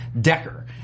Decker